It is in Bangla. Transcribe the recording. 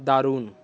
দারুণ